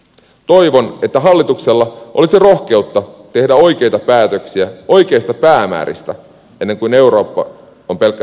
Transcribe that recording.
toivon että hallituksella olisi rohkeutta tehdä oikeita päätöksiä oikeista päämääristä ennen kuin eurooppa on pelkkä savuava raunio